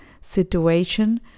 situation